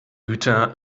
güter